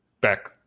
back